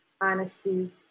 honesty